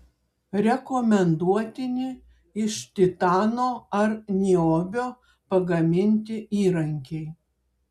rekomenduotini iš titano ar niobio pagaminti įrankiai